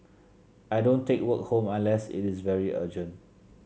I don't take work home unless it is very urgent